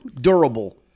durable